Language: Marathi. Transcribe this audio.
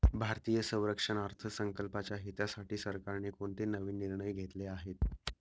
भारतीय संरक्षण अर्थसंकल्पाच्या हितासाठी सरकारने कोणते नवीन निर्णय घेतले आहेत?